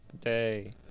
day